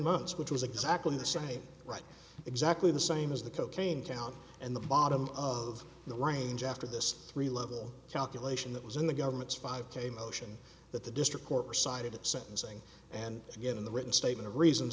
months which was exactly the same right exactly the same as the cocaine count and the bottom of the range after this three level calculation that was in the government's five k motion that the district court decided at sentencing and again in the written statement of reasons